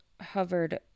hovered